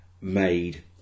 made